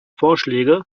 vorschläge